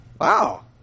Wow